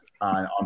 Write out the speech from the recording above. on